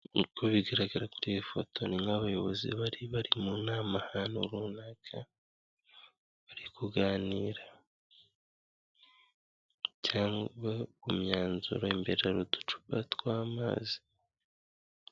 Uko bigaragara kuri iyi foto, ni nk'abayobozi bari bari mu nama ahantu runaka, bari kuganira, cyangwa imyanzuro, imbere hari uducupa tw'amazi.